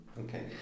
Okay